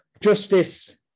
justice